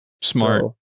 Smart